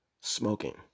smoking